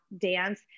dance